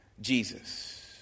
Jesus